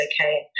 okay